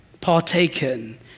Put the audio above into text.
partaken